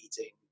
eating